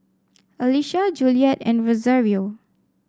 Alisha Juliet and Rosario